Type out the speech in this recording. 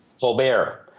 Colbert